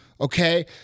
okay